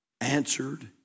answered